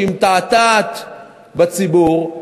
היא מתעתעת בציבור,